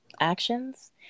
actions